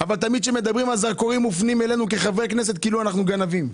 תמיד הזרקורים מופנים אלינו כאילו אנחנו גנבים.